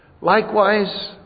Likewise